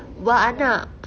buat anak